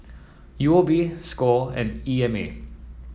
U O B Score and E M A